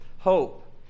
Hope